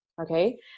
okay